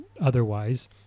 otherwise